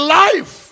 life